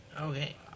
Okay